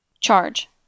Charge